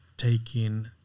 Taking